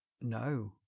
no